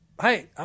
hey